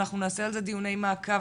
אנחנו נעשה על זה דיוניי מעקב,